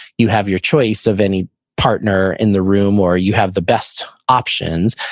you have your choice of any partner in the room, or you have the best options.